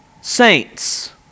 saints